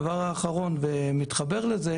נושא שלישי: